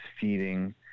feeding